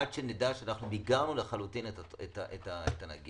עד שנדע שמיגרנו לחלוטין את הנגיף.